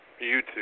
YouTube